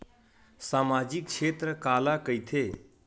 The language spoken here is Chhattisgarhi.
सामजिक क्षेत्र काला कइथे?